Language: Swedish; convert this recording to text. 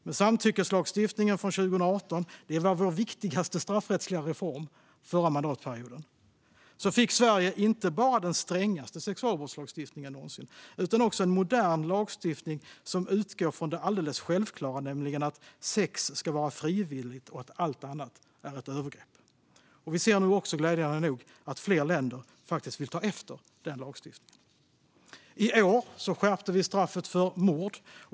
Med samtyckeslagstiftningen från 2018, vår viktigaste straffrättsliga reform förra mandatperioden, fick Sverige inte bara den strängaste sexualbrottslagen någonsin utan också en modern lagstiftning som utgår från det självklara att sex ska vara frivilligt och att allt annat är ett övergrepp. Vi ser nu glädjande nog att flera länder vill ta efter den lagstiftningen. I år skärpte vi straffet för mord.